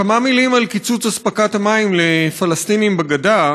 כמה מילים על קיצוץ אספקת המים לפלסטינים בגדה.